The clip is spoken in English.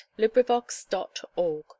LibriVox.org